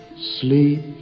Sleep